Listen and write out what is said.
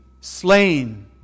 slain